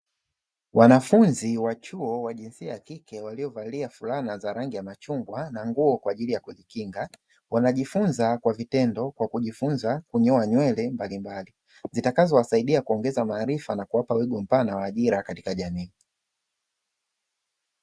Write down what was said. Wanafunzi wa chuo wa jinsia ya kike waliovalia fulana za rangi ya machungwa na nguo kwa ajili ya kujikinga, wanajifunza kwa vitendo kwa kujifunza kunyoa nywele mbalimbali, zitakazowasaidia kuongeza maarifa na kuwapa wigo mpana wa ajira katika jamii.